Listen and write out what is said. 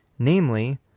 namely